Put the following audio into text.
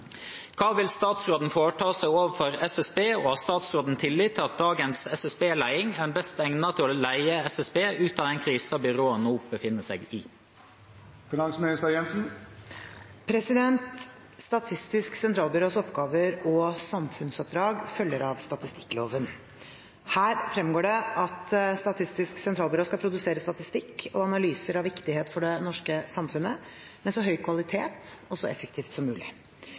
Hva vil statsråden foreta seg overfor SSB, og har statsråden tillit til at dagens SSB-ledelse er den best egnede til å lede SSB ut av den krisen byrået nå befinner seg i?» Statistisk sentralbyrås oppgaver og samfunnsoppdrag følger av statistikkloven. Her fremgår det at SSB skal produsere statistikk og analyser av viktighet for det norske samfunnet, med så høy kvalitet og så effektivt som mulig.